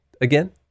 again